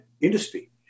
industry